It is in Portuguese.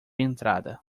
entrada